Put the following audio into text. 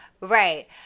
Right